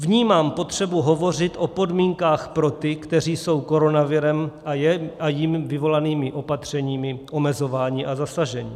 Vnímám potřebu hovořit o podmínkách pro ty, kteří jsou koronavirem a jím vyvolanými opatřeními omezováni a zasaženi.